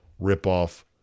ripoff